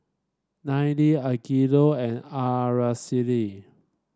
Ninnie Angelo and Araceli